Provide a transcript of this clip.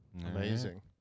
Amazing